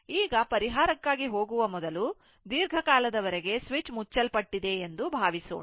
ಈಗ ಪರಿಹಾರಕ್ಕಾಗಿ ಹೋಗುವ ಮೊದಲು ದೀರ್ಘಕಾಲದವರೆಗೆ ಮುಚ್ಚಲ್ಪಟ್ಟಿದೆ ಎಂದು ಭಾವಿಸೋಣ